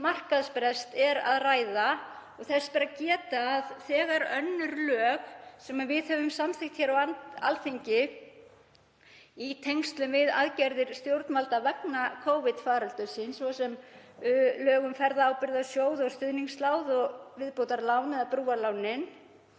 markaðsbrestur verður. Þess ber að geta að þegar önnur lög — sem við höfum samþykkt hér á Alþingi í tengslum við aðgerðir stjórnvalda vegna Covid-faraldursins, svo sem lög um Ferðaábyrgðasjóð og stuðningslán og viðbótarlán eða brúarlán